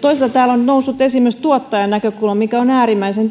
toisaalta täällä on noussut esiin myös tuottajanäkökulma mikä on äärimmäisen